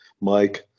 Mike